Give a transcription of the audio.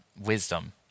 wisdom